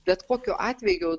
bet kokiu atveju